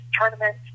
tournament